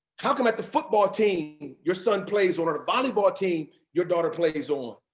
how come at the football team your son plays on on volleyball team, your daughter plays on,